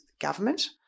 government